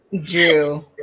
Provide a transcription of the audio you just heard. Drew